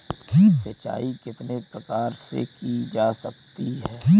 सिंचाई कितने प्रकार से की जा सकती है?